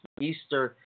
Easter